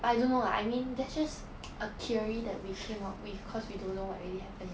but I don't know lah I mean that's just a theory that we came up with cause we don't know what really happened